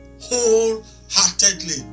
wholeheartedly